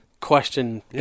question